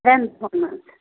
ترٛٮ۪ن دۄہَن منٛز